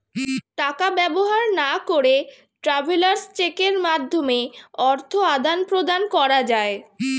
টাকা ব্যবহার না করে ট্রাভেলার্স চেকের মাধ্যমে অর্থ আদান প্রদান করা যায়